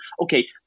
okay